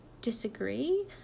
disagree